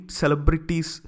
celebrities